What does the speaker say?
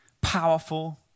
powerful